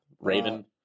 Raven